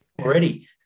already